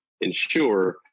ensure